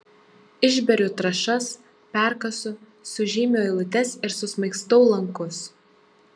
išberiu trąšas perkasu sužymiu eilutes ir susmaigstau lankus